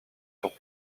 sur